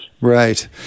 Right